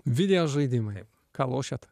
video žaidimai ką lošiat